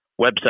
website